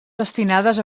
destinades